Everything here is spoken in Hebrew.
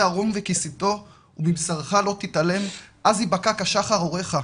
ערום וכיסיתו ומבשרך לא תתעלם אז ייבקע כשחר אורך".